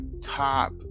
top